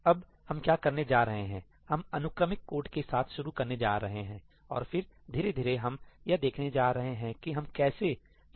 सही है अब हम क्या करने जा रहे हैं हम अनुक्रमिक कोड के साथ शुरू करने जा रहे हैं और फिर धीरे धीरे हम यह देखने जा रहे हैं कि हम इसे कैसे समानांतर कर सकते हैं